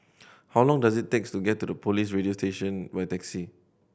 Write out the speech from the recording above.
how long does it takes to get to Police Radio Division by taxi